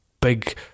big